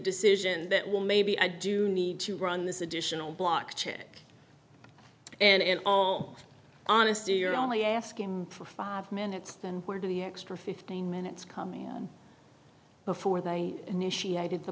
decision that will maybe i do need to run this additional block chick and in all honesty you're only asking for five minutes then where do the extra fifteen minutes come in before they initiated the